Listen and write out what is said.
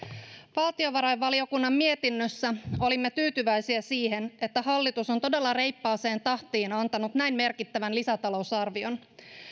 valtiovarainvaliokunnan mietinnössä olimme tyytyväisiä siihen että hallitus on todella reippaaseen tahtiin antanut näin merkittävän lisätalousarvion